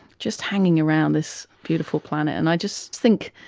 just hanging around this beautiful planet, and i just think,